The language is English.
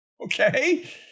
Okay